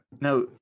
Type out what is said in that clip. Now